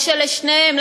אבל שלשניהם,